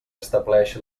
estableix